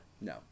No